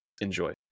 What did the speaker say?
enjoy